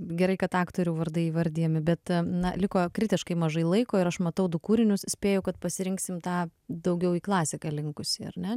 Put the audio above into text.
gerai kad aktorių vardai įvardijami bet na liko kritiškai mažai laiko ir aš matau du kūrinius spėju kad pasirinksim tą daugiau į klasiką linkusį ar ne